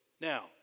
Now